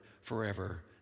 forever